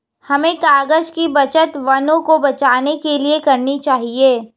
हमें कागज़ की बचत वनों को बचाने के लिए करनी चाहिए